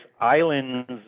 islands